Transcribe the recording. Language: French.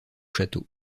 château